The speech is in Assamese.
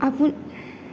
আপোন